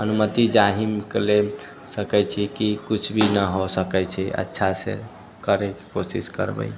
अनुमति जाहि कऽ लेल सकै छी कि किछु भी ना हो सकै छै अच्छा से करैके कोशिश करबै